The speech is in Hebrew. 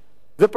זה פשוט צולם,